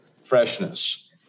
freshness